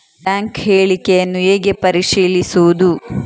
Bank ಹೇಳಿಕೆಯನ್ನು ಹೇಗೆ ಪರಿಶೀಲಿಸುವುದು?